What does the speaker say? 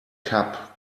cup